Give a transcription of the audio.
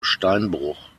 steinbruch